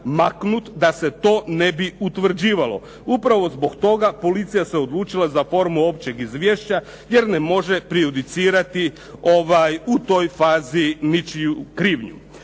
maknut da se to ne bi utvrđivalo. Upravo zbog toga policija se odlučila za formu općeg izvješća, jer ne može prejudicirati u toj fazi ničiju krivnju.